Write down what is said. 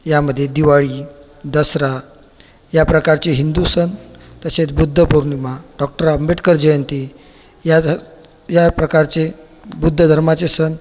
यामध्ये दिवाळी दसरा ह्या प्रकारचे हिंदू सण तसेच बुद्धपौर्णिमा डॉक्टर आंबेटकर जयंती या ध याप्रकारचे बुद्ध धर्माचे सण